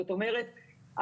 זאת אומרת,